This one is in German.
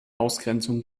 ausgrenzung